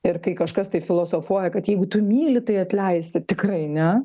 ir kai kažkas tai filosofuoja kad jeigu tu myli tai atleisi tikrai ne